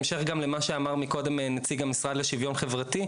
בהמשך גם למה שאמר מקודם הנציג המשרד לשיווין חברתי,